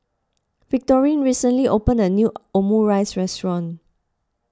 Victorine recently opened a new Omurice restaurant